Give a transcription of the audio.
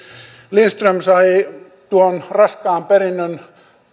lindström sai tuon raskaan perinnön